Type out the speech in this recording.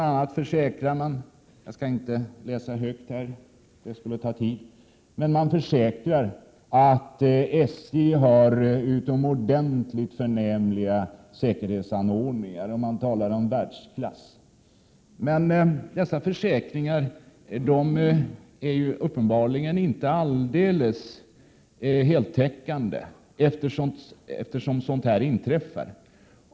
a. försäkrar man att SJ har utomordentligt förnämliga säkerhetsanordningar — man talar om världsklass. Men dessa försäkringar är uppenbarligen inte heltäckande, eftersom sådant här inträffar.